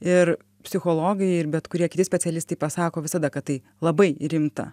ir psichologai ir bet kurie kiti specialistai pasako visada kad tai labai rimta